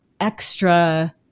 extra